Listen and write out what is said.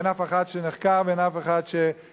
אין אף אחד שנחקר ואין אף אחד שנעצר.